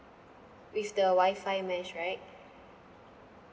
with the WIFI mesh right